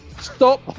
stop